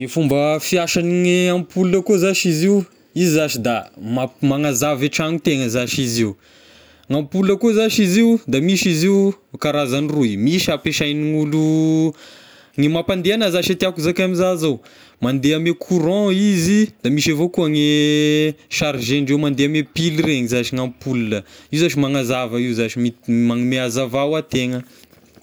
Ny fomba fiasane ampola koa zashy izy io, izy zashy da mamp- magnazava e tragno tegna zashy izy io, ny ampola koa zashy izy io da misy izy io karazagny roy, misy ampiasan'ny olo, ny mampandeha anazy zay e tiako zakay amiza zao mandeha ame courant izy da misy avao koa gne sargendreo mandeha ame pily regny zashy ny ampola, io zashy magnazava io zashy, mi- magnome hazava hoa tegna.